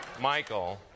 Michael